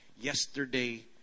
yesterday